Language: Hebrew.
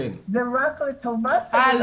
זה רק לטובת הילדים --- אה,